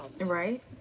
Right